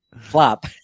flop